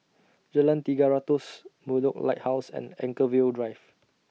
Jalan Tiga Ratus Bedok Lighthouse and Anchorvale Drive